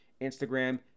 Instagram